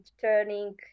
turning